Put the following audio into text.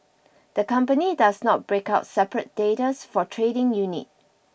the company does not break out separate data's for trading unit